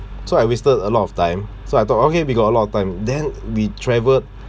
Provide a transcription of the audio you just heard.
so I wasted a lot of time so I thought okay we got a lot of time then we travelled